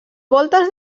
voltes